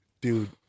dude